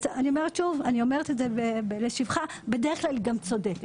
אני אומרת שוב לשבחה שהיא בדרך כלל גם צודקת.